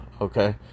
okay